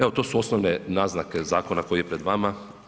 Evo to su osnovne naznake zakona koji je pred vama.